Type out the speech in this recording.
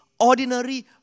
ordinary